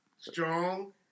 Strong